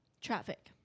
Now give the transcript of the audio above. Traffic